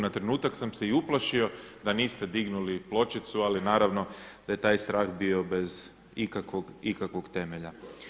Na trenutak sam se i uplašio da niste dignuli pločicu, ali naravno da je taj strah bio bez ikakvog temelja.